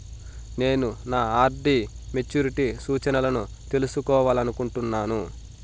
నేను నా RD maturity సూచనలను తెలుసుకోవాలనుకుంటున్నాను